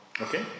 Okay